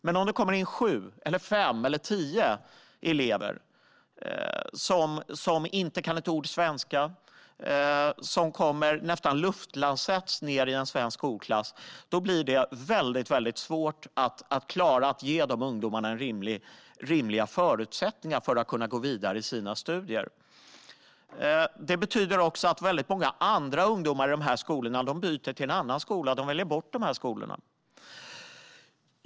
Men om det kommer in fem, sju eller tio elever som inte kan ett ord svenska och som nästan luftlandsätts ned i en svensk skolklass blir det väldigt svårt att klara av att ge dessa ungdomar rimliga förutsättningar att kunna gå vidare i sina studier. Detta betyder att många andra ungdomar i dessa skolor byter till en annan skola och väljer bort dessa skolor.